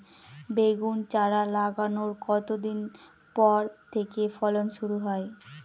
বেগুন চারা লাগানোর কতদিন পর থেকে ফলন শুরু হয়?